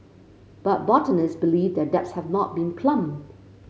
but botanists believe their depths have not been plumbed